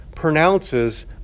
pronounces